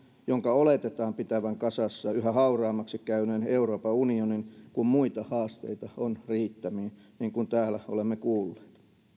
jonka oletetaan pitävän kasassa yhä hauraammaksi käyneen euroopan unionin kun muita haasteita on riittämiin niin kuin täällä olemme kuulleet